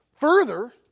Further